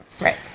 right